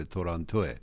Toronto